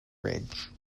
ridge